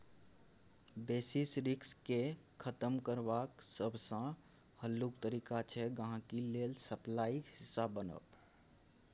basis risk केँ खतम करबाक सबसँ हल्लुक तरीका छै गांहिकी लेल सप्लाईक हिस्सा बनब